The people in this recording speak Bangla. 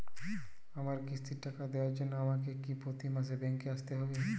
আমার কিস্তির টাকা দেওয়ার জন্য আমাকে কি প্রতি মাসে ব্যাংক আসতে হব?